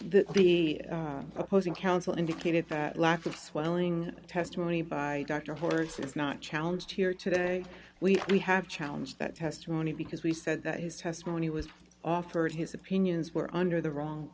here the the opposing counsel indicated that lack of swelling testimony by dr horse is not challenged here today we we have challenge that testimony because we said that his testimony was offered his opinions were under the wrong